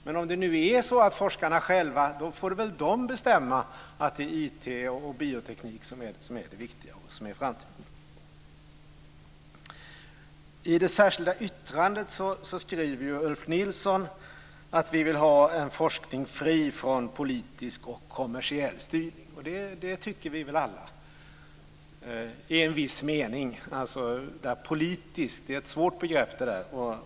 Men forskarna får väl själva bestämma om det är så att det är IT och bioteknik som är det viktiga och som är framtiden! I det särskilda yttrandet skriver Ulf Nilsson att man vill ha en forskning fri från politisk och kommersiell styrning. Det tycker vi väl alla i viss mening. Det är ett svårt begrepp.